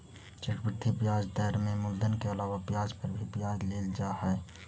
चक्रवृद्धि ब्याज दर में मूलधन के अलावा ब्याज पर भी ब्याज लेल जा हई